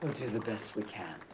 we'll do the best we can.